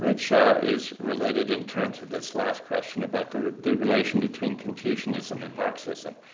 which is related in turn to this last question about the the relation between confucianism and marxism?